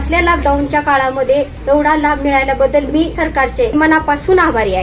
असल्या लॉकडाऊनच्या काळामध्ये येवढा लाभ मिळाल्या बद्दल मी सरकारचे मनापासून आभारी आहे